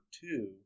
two